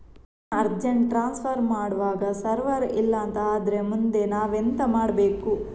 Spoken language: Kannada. ಹಣ ಅರ್ಜೆಂಟ್ ಟ್ರಾನ್ಸ್ಫರ್ ಮಾಡ್ವಾಗ ಸರ್ವರ್ ಇಲ್ಲಾಂತ ಆದ್ರೆ ಮುಂದೆ ನಾವೆಂತ ಮಾಡ್ಬೇಕು?